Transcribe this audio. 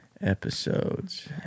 episodes